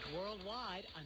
worldwide